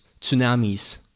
tsunamis